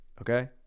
Okay